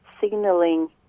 signaling